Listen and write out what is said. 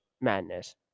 madness